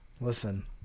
listen